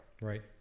Right